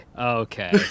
okay